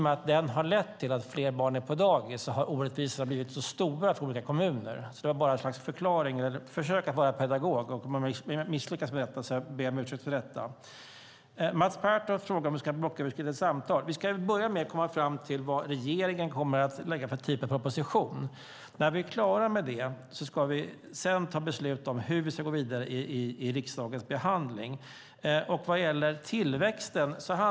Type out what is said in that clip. Eftersom den har lett till att fler barn är på dagis har orättvisorna blivit så stora för olika kommuner. Det var ett slags förklaring och ett försök att vara pedagogisk. Om jag misslyckades med detta ber jag om ursäkt. Mats Pertoft frågade om vi ska ha blocköverskridande samtal. Vi ska börja med att komma fram till vilken typ av proposition regeringen kommer att lägga fram. När vi är klara med det ska vi fatta beslut om hur vi ska gå vidare med riksdagens behandling.